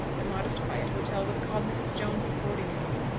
the modest, quiet hotel was called mrs. jones's boarding-house,